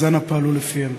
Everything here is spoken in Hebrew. אז אנא, פעלו לפיהם.